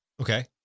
Okay